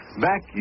back